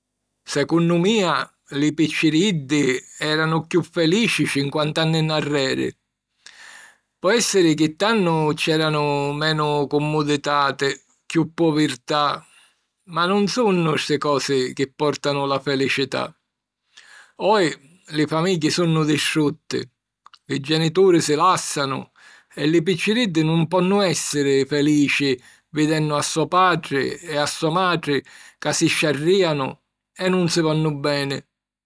Secunnu mia, li picciriddi èranu chiù felici 50 anni nnarreri. Po èssiri chi, tannu, c'èranu menu cummuditati, chiù povirtà, ma nun sunnu sti cosi chi pòrtanu la felicità. Oji li famigghi sunnu distrutti, li genituri si làssanu e li picciriddi nun ponnu èssiri felici vidennu a so patri e a so matri ca si sciarrìanu e nun si vonnu beni.